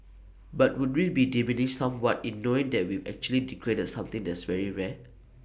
but would we be diminished somewhat in knowing that we've actually degraded something that's very rare